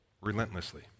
relentlessly